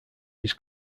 his